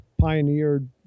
pioneered